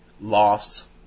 loss